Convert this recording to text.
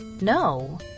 No